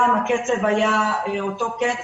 הקצב היה אותו קצב.